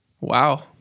Wow